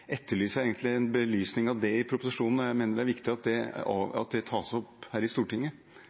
etterlyser egentlig en belysning av det i proposisjonen, og jeg mener det er viktig at det tas opp her i Stortinget.